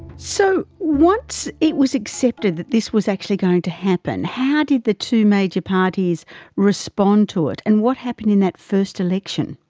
so once it was accepted that this was actually going to happen, how did the two major parties respond to it and what happened in that first election?